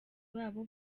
babo